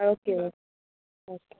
okay okay okay